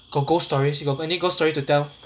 got ghost stories you got any ghost stories to tell